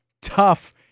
Tough